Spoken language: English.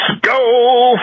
go